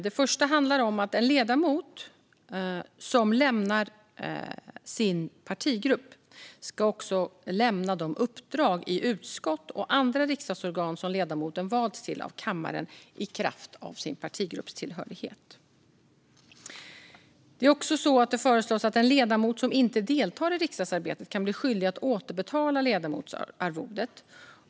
Det första handlar om att en ledamot som lämnar sin partigrupp också ska lämna de uppdrag i utskott och andra riksdagsorgan som ledamoten har valts till av kammaren i kraft av sin partigruppstillhörighet. Det föreslås också att en ledamot som inte deltar i riksdagsarbetet kan bli skyldig att återbetala ledamotsarvodet.